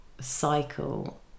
cycle